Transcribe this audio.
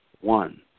One